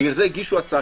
בגלל זה הגישו הצעה,